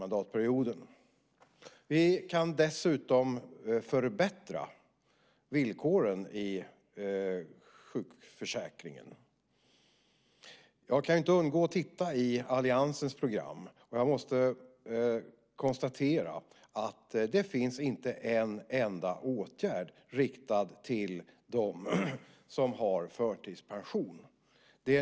Vi kan dessutom förbättra villkoren i sjukförsäkringen. Jag kan inte undgå att titta i alliansens program, och jag måste konstatera att där inte finns en enda åtgärd riktad till dem som har förtidspension.